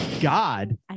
God